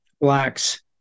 blacks